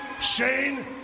Shane